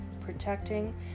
protecting